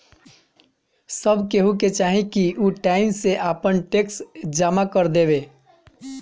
सब केहू के चाही की उ टाइम से आपन टेक्स जमा कर देवे